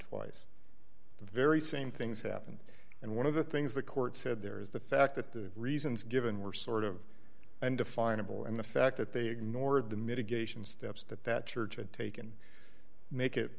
twice the very same things happen and one of the things the court said there is the fact that the reasons given were sort of undefinable and the fact that they ignored the mitigation steps that that church had taken make it